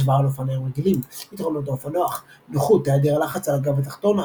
השוואה לאופניים רגילים יתרונות האופנוח נוחות העדר לחץ על הגב התחתון,